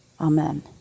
Amen